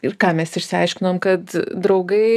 ir ką mes išsiaiškinom kad draugai